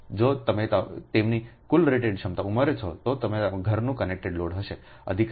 તેથી જો તમે તેમની કુલ રેટેડ ક્ષમતા ઉમેરો છો તો તે તમારા ઘરનું કનેક્ટેડ લોડ હશે અધિકાર